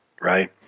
right